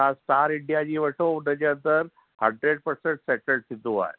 star India ji वठो हुनजे अंदरु हंड्रेड पर्सेंट सैटल थींदो आहे